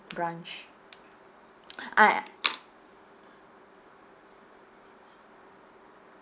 branch a~